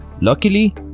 Luckily